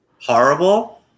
Horrible